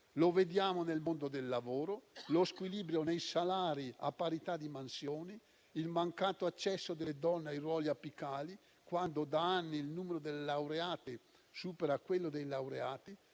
Lo vediamo: nel mondo del lavoro, nello squilibrio nei salari a parità di mansioni, nel mancato accesso delle donne ai ruoli apicali (quando da anni il numero delle laureate supera quello dei laureati);